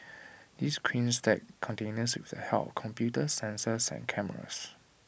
these cranes stack containers with the help of computers sensors and cameras